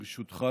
ברשותך,